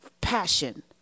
passion